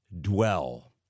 dwell